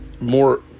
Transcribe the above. more